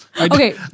Okay